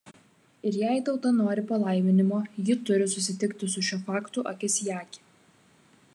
ir jei tauta nori palaiminimo ji turi susitikti su šiuo faktu akis į akį